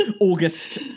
august